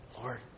Lord